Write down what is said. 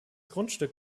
grundstück